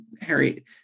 Harry